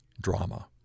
drama